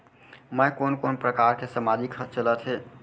मैं कोन कोन प्रकार के सामाजिक चलत हे?